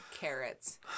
carrots